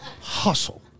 hustle